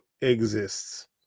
exists